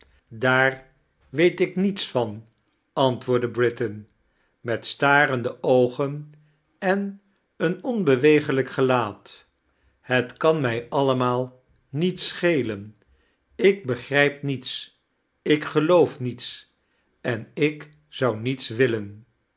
daar weet ik niets vaa antwoordde britain met starende oogen en een onbewegelijk gelaat ifet kan mij allemaal niets schelen ik begi ijp niets ik geloof niets en ik zou niets willen